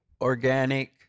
Organic